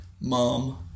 Mom